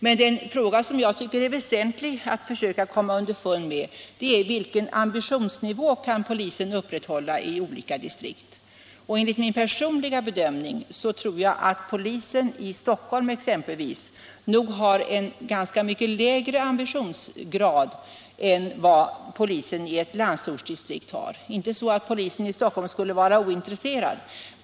Men den fråga som jag tycker är väsentlig att försöka komma underfund med är vilken ambitionsnivå polisen kan upprätthålla i olika distrikt. Enligt min personliga bedömning har exempelvis polisen i Stockholm nog en ganska mycket lägre ambitionsgrad än vad polisen i ett landsortsdistrikt har. Det är inte så att poliserna i Stockholm skulle vara ointresserade.